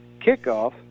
kickoff